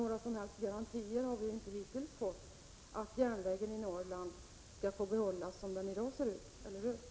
Några som helst garantier har vi hittills inte fått att järnvägen i Norrland skall få behållas sådan som den i dag är. Eller hur?